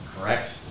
correct